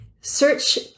search